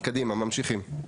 קדימה, ממשיכים.